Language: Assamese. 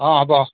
অঁ হ'ব